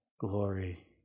glory